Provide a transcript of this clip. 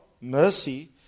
mercy